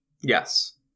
Yes